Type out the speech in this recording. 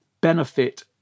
benefit